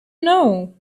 know